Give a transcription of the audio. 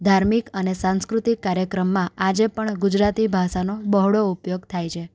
ધાર્મિક અને સાંસ્કૃતિક કાર્યક્રમમાં આજે પણ ગુજરાતી ભાષાનો બહોળો ઉપયોગ થાય છે